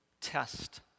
test